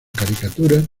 caricaturas